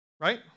Right